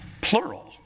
Plural